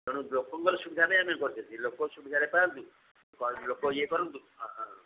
ତେଣୁ ଲୋକଙ୍କର ସୁବିଧା ନେଇ ଆମେ କରିଛେ ଲୋକ ସୁବିଧାରେ ପାଆନ୍ତୁ ଲୋକ ଇଏ କରନ୍ତୁ ହଁ ହଁ